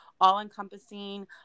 all-encompassing